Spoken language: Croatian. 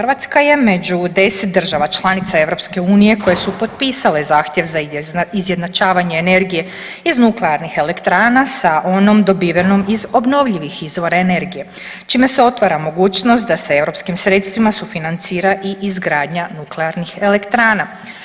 Hrvatska je među 10 država članica Europske unije koje su potpisale zahtjev za izjednačavanje energije iz nuklearnih elektrana sa onom dobivenom iz obnovljenih izvora energije, čime se otvara mogućnost da se europskim sredstvima sufinancira i izgradnja nuklearnih elektrana.